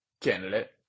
candidate